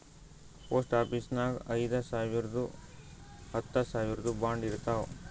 post ಆಫೀಸ್ನಾಗ್ ಐಯ್ದ ಸಾವಿರ್ದು ಹತ್ತ ಸಾವಿರ್ದು ಬಾಂಡ್ ಇರ್ತಾವ್